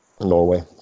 Norway